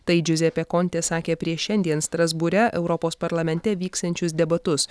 tai džiuzepė kontė sakė prieš šiandien strasbūre europos parlamente vyksiančius debatus